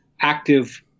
active